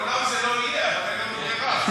לעולם זה לא יהיה, אבל אין לנו ברירה.